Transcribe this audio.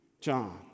John